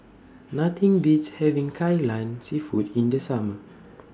Nothing Beats having Kai Lan Seafood in The Summer